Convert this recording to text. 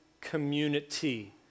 community